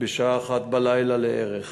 בשעה 01:00 לערך